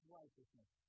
righteousness